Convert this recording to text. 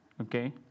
okay